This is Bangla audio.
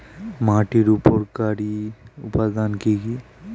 মাটির উপকারী উপাদান কি কি?